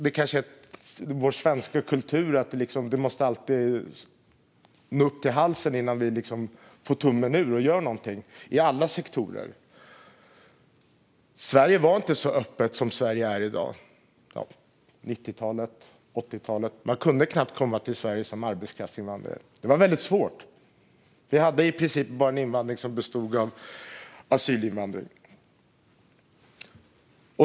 Det kanske är vår svenska kultur som gör att det alltid måste stå oss upp i halsen innan vi får tummen ur och gör någonting - i alla sektorer. Sverige var inte så öppet på 80 och 90-talen som det är i dag. Man kunde knappt komma till Sverige som arbetskraftsinvandrare då. Det var väldigt svårt. Invandringen bestod i princip bara av asylinvandring.